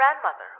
grandmother